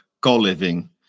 co-living